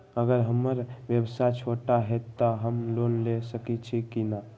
अगर हमर व्यवसाय छोटा है त हम लोन ले सकईछी की न?